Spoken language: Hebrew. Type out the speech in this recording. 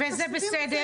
וזה בסדר,